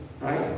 right